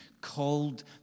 called